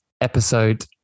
episode